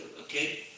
okay